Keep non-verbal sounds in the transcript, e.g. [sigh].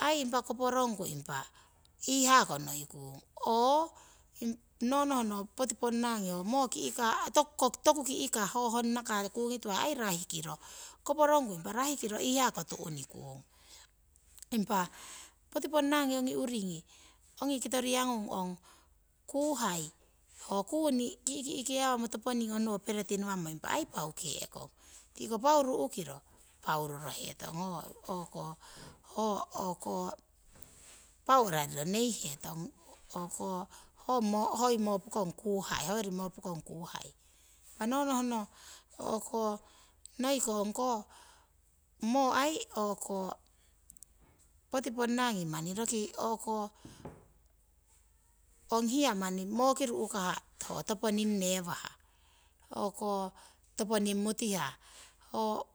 Aii impa koporongku impa iihaa ko ngoikung oo no nohno poti ponnangi ho moo ki'kah toku ki'kah ho honna kah aii rahikiro koporongku rahikiro impa iihaa ko tu'nikung. Impa poti ponnangi ongi uuringi ongi kitoriyangung ong kuhai ho kuni ki'ki'kewamo toponing honowo pereti ngawamo aii pauke'kong. Tiko pau ru'kiro paurorohetong ho o'ko [unintelligible] pau arariro neihetong hoi moo pokong kuhai, hoyori moo pokong kuhai. Impa no nohno o'ko noiko ong koh moo o'ko poti ponnangi manni roki o'ko ong hiya manni mooki ru'kah manni ho toponing newah, hoko toponing mutihah. Ho